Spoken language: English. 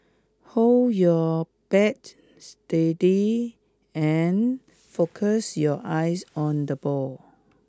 hold your bat steady and focus your eyes on the ball